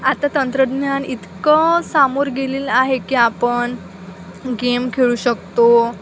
आता तंत्रज्ञान इतकं सामोर गेलेलं आहे की आपण गेम खेळू शकतो